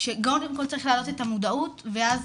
שקודם כל צריך להעלות את המודעות ואז